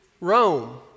Rome